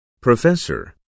Professor